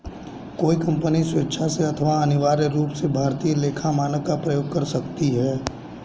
कोई कंपनी स्वेक्षा से अथवा अनिवार्य रूप से भारतीय लेखा मानक का प्रयोग कर सकती है